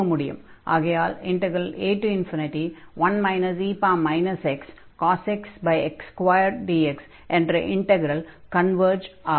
ஆகையால் a1 e xcos x x2dx என்ற integral converge ஆகும்